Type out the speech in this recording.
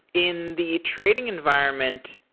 in the trading environment,